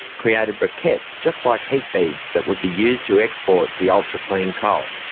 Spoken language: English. created briquettes just like heat beads that would be used to export the ultra clean coal.